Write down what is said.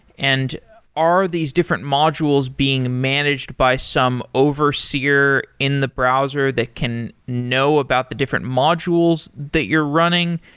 and are these different modules being managed by some overseer in the browser that can know about the different modules that you're running?